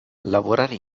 lavorare